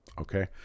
Okay